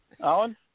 Alan